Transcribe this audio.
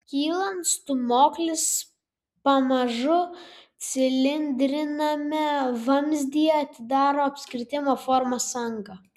kylant stūmoklis pamažu cilindriniame vamzdyje atidaro apskritimo formos angą